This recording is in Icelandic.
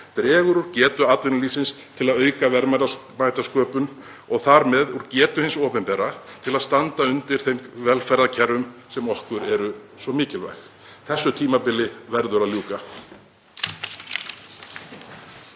dregur úr getu atvinnulífsins til að auka verðmætasköpun og þar með úr getu hins opinbera til að standa undir þeim velferðarkerfum sem okkur eru svo mikilvæg. Þessu tímabili verður að ljúka.